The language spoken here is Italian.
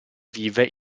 vive